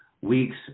weeks